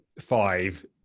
five